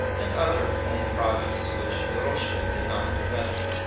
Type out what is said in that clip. and other home produce which eroshka did not possess.